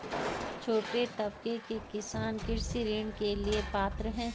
छोटे तबके के किसान कृषि ऋण के लिए पात्र हैं?